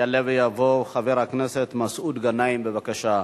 יעלה ויבוא חבר הכנסת מסעוד גנאים, בבקשה,